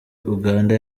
uganda